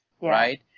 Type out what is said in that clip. right